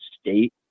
State